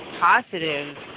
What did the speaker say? Positive